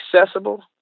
accessible